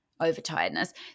overtiredness